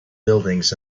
buildings